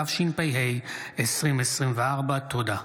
התשפ"ה 2024. תודה.